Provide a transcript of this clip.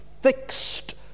fixed